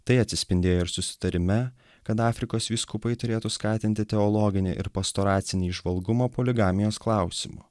tai atsispindėjo ir susitarime kad afrikos vyskupai turėtų skatinti teologinį ir pastoracinį įžvalgumą poligamijos klausimu